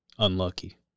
Unlucky